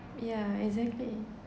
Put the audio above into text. yeah exactly